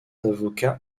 d’avocat